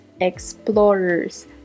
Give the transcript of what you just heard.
explorers